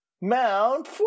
Mount